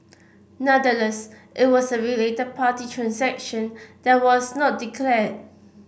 nonetheless it was a related party transaction that was not declared